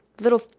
little